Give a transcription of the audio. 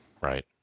Right